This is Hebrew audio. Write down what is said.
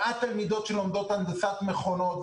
מעט תלמידות שלומדות הנדסת מכונות.